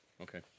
Okay